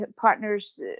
partners